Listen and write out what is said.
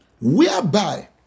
Whereby